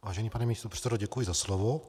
Vážený pane místopředsedo, děkuji za slovo.